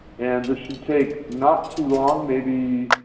and this should take not too long, maybe